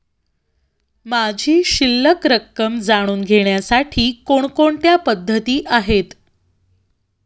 माझी शिल्लक रक्कम जाणून घेण्यासाठी कोणकोणत्या पद्धती आहेत?